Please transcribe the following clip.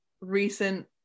recent